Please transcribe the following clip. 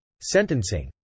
Sentencing